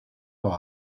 los